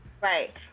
Right